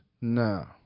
No